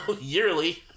yearly